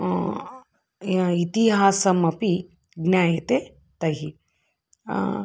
इतिहासम् अपि ज्ञायते तैः